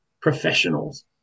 professionals